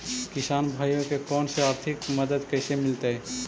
किसान भाइयोके कोन से आर्थिक मदत कैसे मीलतय?